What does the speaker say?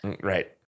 Right